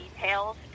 details